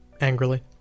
angrily